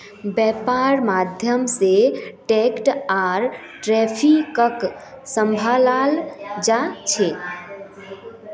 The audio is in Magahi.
वैपार्र माध्यम से टैक्स आर ट्रैफिकक सम्भलाल जा छे